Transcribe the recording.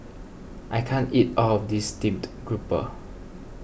I can't eat all of this Steamed Grouper